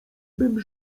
bym